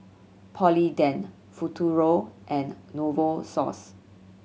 Polident Futuro and Novosource